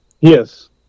Yes